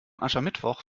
aschermittwoch